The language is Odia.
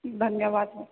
ଧନ୍ୟବାଦ